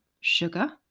sugar